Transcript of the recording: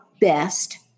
best